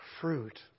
fruit